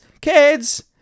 Kids